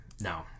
no